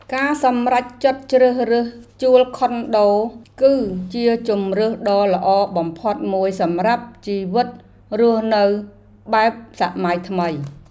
ការសម្រេចចិត្តជ្រើសរើសជួលខុនដូ គឺជាជម្រើសដ៏ល្អបំផុតមួយសម្រាប់ជីវិតរស់នៅបែបសម័យថ្មី។